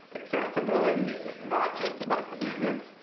accessibility is not just about convenience.